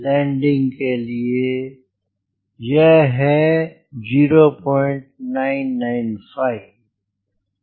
landing के लिए यह 0995 है